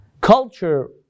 culture